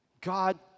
God